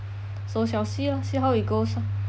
so shall see lor see how it goes lor